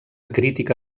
crítica